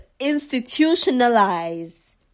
institutionalize